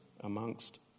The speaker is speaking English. amongst